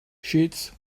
sheets